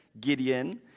Gideon